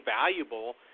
valuable